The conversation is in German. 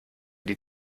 die